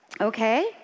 okay